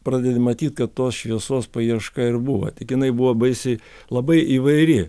pradedi matyt kad tos šviesos paieška ir buvo tik jinai buvo baisiai labai įvairi